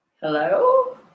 Hello